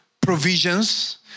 provisions